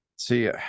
see